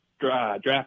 draft